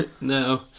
No